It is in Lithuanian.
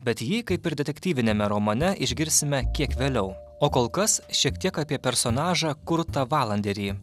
bet jį kaip ir detektyviniame romane išgirsime kiek vėliau o kol kas šiek tiek apie personažą kurtą valanderį